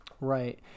Right